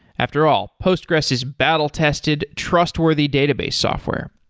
after all, postgres is battle tested, trustworthy database software,